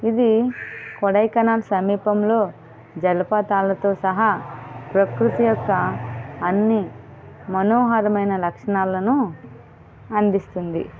ఇది కొడైకెనాల్ సమీపంలో జలపాతాలతో సహా ప్రకృతి యొక్క అన్నీమనోహరమైన లక్షణాలను అందిస్తుంది